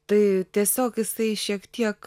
tai tiesiog jisai šiek tiek